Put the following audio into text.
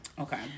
okay